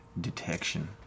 detection